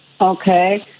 Okay